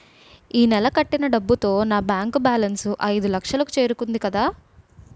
ఈ నెల కట్టిన డబ్బుతో నా బ్యాంకు బేలన్స్ ఐదులక్షలు కు చేరుకుంది కదా